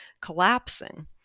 collapsing